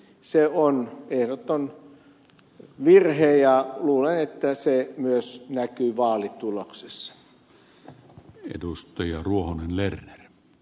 se on ehdoton virhe ja luulen että se myös näkyy vaalituloksessa